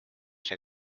see